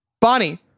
Bonnie